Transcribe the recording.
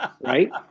Right